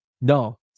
No